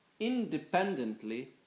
Independently